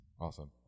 Awesome